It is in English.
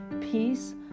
peace